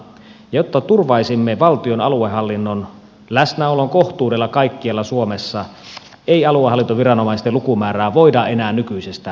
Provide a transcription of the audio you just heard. jotta turvaisimme valtion aluehallinnon läsnäolon kohtuudella kaikkialla suomessa ei aluehallintoviranomaisten lukumäärää voida enää nykyisestään vähentää